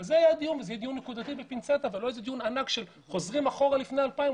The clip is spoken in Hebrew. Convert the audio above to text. זה יהיה דיון בפינצטה ולא דיון ענק שחוזרים אחורה לפני שנת 2000,